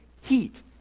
heat